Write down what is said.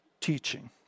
teaching